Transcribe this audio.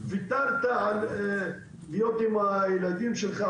ויתרת להיות עם הילדים שלך,